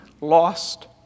lost